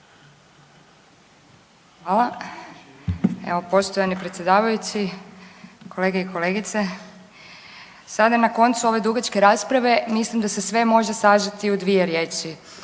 Hvala. Evo poštovani predsjedavajući, kolege i kolegice. Sada na koncu ove dugačke rasprave, mislim da se sve može sažeti u dvije riječi,